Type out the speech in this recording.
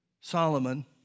Solomon